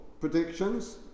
predictions